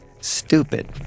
stupid